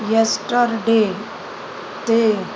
yesterday ते